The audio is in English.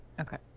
Okay